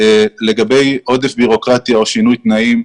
לגבי עודף בירוקרטיה או שינוי תנאים.